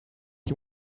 you